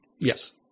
Yes